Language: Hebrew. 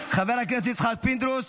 חבר הכנסת יצחק פינדרוס,